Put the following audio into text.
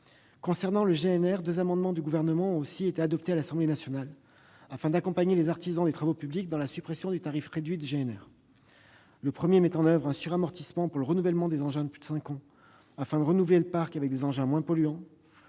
non routier), deux amendements du Gouvernement ont été adoptés par l'Assemblée nationale, afin d'accompagner les artisans des travaux publics dans le cadre de la suppression du tarif réduit du GNR. La première mesure met en oeuvre un suramortissement pour le renouvellement des engins de plus de cinq ans, afin de renouveler le parc avec des engins moins polluants.